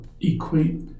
equate